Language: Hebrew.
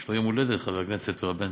יש לך יום הולדת, חבר הכנסת בן צור.